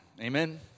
amen